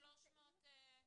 אני אומרת את זה בצורה הכי ברורה,